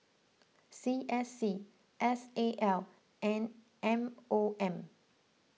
C S C S A L and M O M